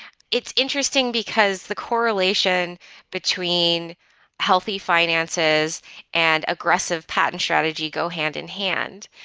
it's interesting because the correlation between healthy finances and aggressive patent strategy go hand-in-hand.